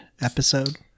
episode